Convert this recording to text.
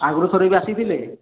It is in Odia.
ଆଗରୁ ଥରେ ବି ଆସିଥିଲେ